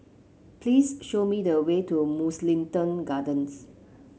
please show me the way to Mugliston Gardens